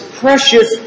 precious